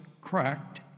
cracked